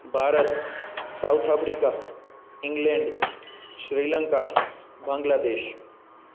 Bharat south Africa England Sri Lanka Bangladesh